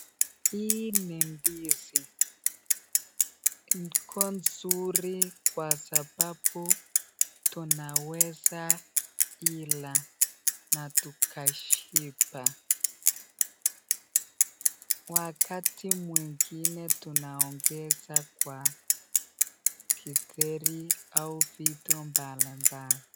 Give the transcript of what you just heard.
Hii ni ndizi, iko nzuri kwa sababu tunaweza ila na tukashiba. Wakati mwingine tunaongeza kwa githeri au vitu mbalimbali.